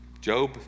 Job